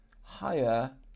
higher